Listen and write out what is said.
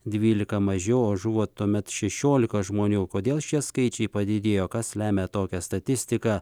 dvylika mažiau o žuvo tuomet šešiolika žmonių kodėl šie skaičiai padidėjo kas lemia tokią statistiką